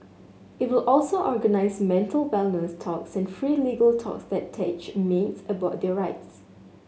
it will also organise mental wellness talks and free legal talks that teach maids about their rights